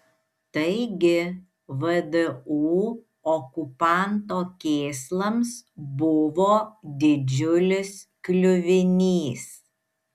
taigi vdu okupanto kėslams buvo didžiulis kliuvinys